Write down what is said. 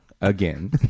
again